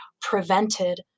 prevented